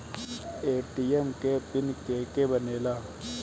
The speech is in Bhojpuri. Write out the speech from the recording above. ए.टी.एम के पिन के के बनेला?